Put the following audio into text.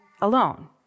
alone